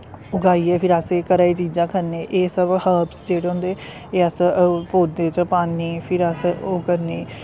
उगाइयै फिर अस एह् घरे दियां चीजां खन्ने एह् सब हर्वस जेह्ड़े होंदे एह् अस ओह्दे च पान्ने फिर अस ओह् करने